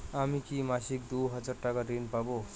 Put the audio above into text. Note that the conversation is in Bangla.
আমি কি মাসিক দুই হাজার টাকার ঋণ পাব?